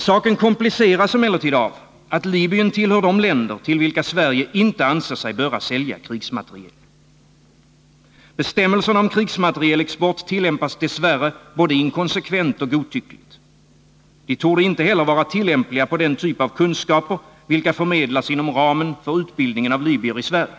Saken kompliceras emellertid av att Libyen tillhör de länder till vilka Sverige inte anser sig böra sälja krigsmateriel. Bestämmelserna om krigsmaterielexport tillämpas dess värre både inkonsekvent och godtyckligt. De torde inte heller vara tillämpliga på den typ av kunskaper som förmedlas Nr 145 inom ramen för utbildningen av libyer i Sverige.